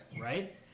Right